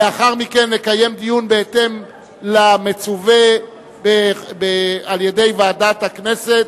לאחר מכן נקיים דיון בהתאם למצווה על-ידי ועדת הכנסת.